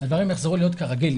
הדברים יחזרו להיות כרגיל.